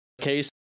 case